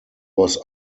was